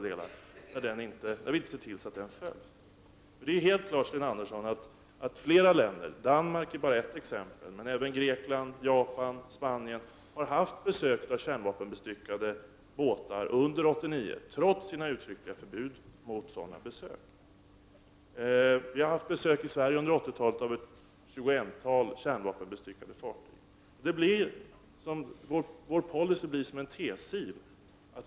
Det är helt klart, Sten Andersson, att flera länder - Danmark är bara ett exempel, men det gäller även Grekland, Japan, Spanien — har haft besök av kärnvapenbestyckade båtar under 1989 trots ländernas uttryckliga förbud mot sådana besök. Under 80-talet har Sverige haft besök av ett tjugotal kärnvapenbestyckade fartyg. Vår policy blir som en tesil.